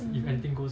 hmm